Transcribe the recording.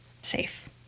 Safe